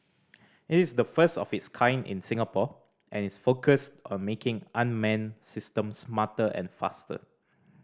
it is the first of its kind in Singapore and is focused on making unmanned systems smarter and faster